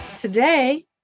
today